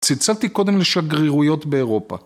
צילצלתי קודם לשגרירויות באירופה.